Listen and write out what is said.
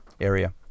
area